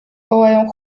wołają